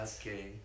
Okay